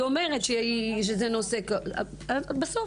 והיא אומרת שזה נושא- ----- בסוף.